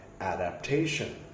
Adaptation